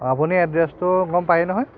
অঁ আপুনি এড্ৰেছটো গম পায়েই নহয়